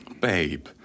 Babe